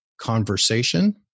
conversation